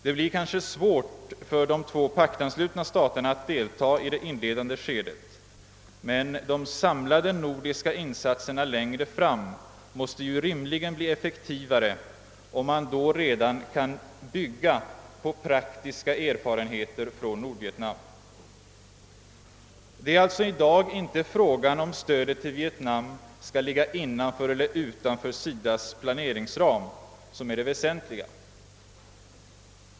Det blir kanske svårt för de två paktanslutna staterna att delta i det inledande skedet, men de samlade nordiska insatserna längre fram måste rimligen bli effektivare, om man då kan bygga på praktiska erfarenheter från Nordvietnam. Det är alltså i dag inte frågan om stödet till Vietnam skall ligga innanför eller utanför SIDA :s planeringsram, som är den väsentligaste.